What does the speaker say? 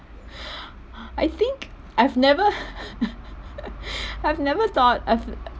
I think I've never I've never thought I've